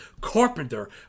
carpenter